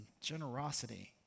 generosity